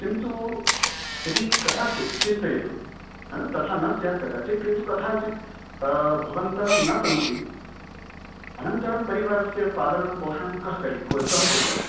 किन्तु यदि कथञ्चित् चिन्तयतु तथा न स्यात् कदाचित् किन्तु कदाचित् भवन्तः न सन्ति अनन्तरं परिवारस्य पालनं पोषणं कः करो कः कुर्यात्